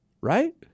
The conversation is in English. right